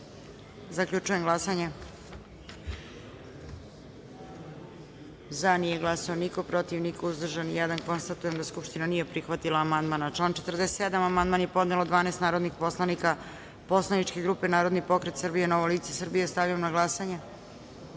amandman. Zaključujem glasanje: za – nije glasao niko, protiv – niko, uzdržan – jedan. Skupština nije prihvatila amandman. Na član 53. amandman je podnelo 12 narodnih poslanika poslaničke grupe Narodni pokret Srbije – Novo lice Srbije. Stavljam na glasanje